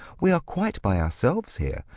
we are quite by ourselves here.